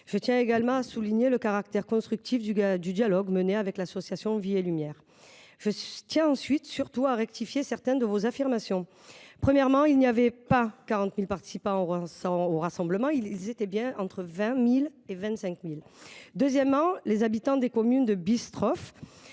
Je tiens également à souligner le caractère constructif du dialogue mené avec l’association Vie et Lumière. Je tiens ensuite et surtout à rectifier certaines de vos affirmations. Premièrement, ce rassemblement n’a pas compté 40 000 participants ; ils étaient entre 20 000 et 25 000. Plus ! Deuxièmement, les habitants des communes de Bistroff,